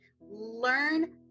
Learn